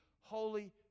Holy